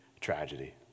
tragedy